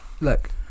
Look